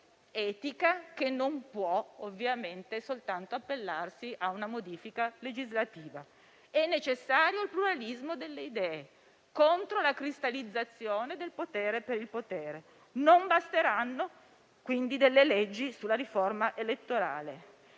etica che non può, ovviamente, appellarsi soltanto a una modifica legislativa. È necessario il pluralismo delle idee contro la cristallizzazione del potere per il potere. Non basteranno, quindi, delle leggi sulla riforma elettorale.